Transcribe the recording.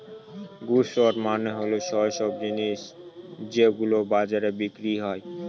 goods মানে হল সৈইসব জিনিস যেগুলো বাজারে বিক্রি হয়